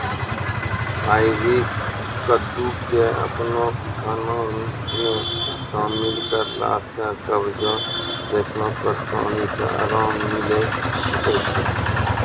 आइ.वी कद्दू के अपनो खाना मे शामिल करला से कब्जो जैसनो परेशानी से अराम मिलै सकै छै